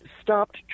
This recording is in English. stopped